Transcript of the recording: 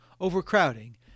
overcrowding